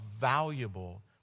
valuable